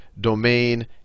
domain